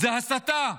זה הסתה.